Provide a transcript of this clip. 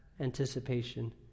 anticipation